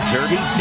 Dirty